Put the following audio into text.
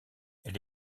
elle